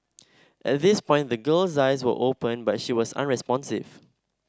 at this point the girl's eyes were open but she was unresponsive